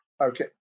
okay